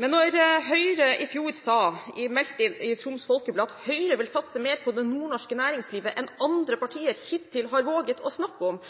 Men da Høyre i fjor meldte i Troms Folkeblad at Høyre vil satse mer på det nordnorske næringslivet enn andre partier hittil har våget å snakke om,